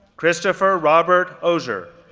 christopher robert osier,